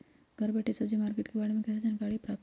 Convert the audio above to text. घर बैठे सब्जी मार्केट के बारे में कैसे जानकारी प्राप्त करें?